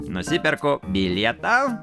nusiperku bilietą